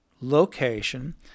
location